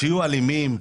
שיהיו אלימים?